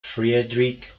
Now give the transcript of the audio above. friedrich